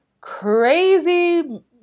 crazy